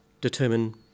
determine